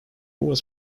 was